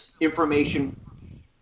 information